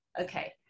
Okay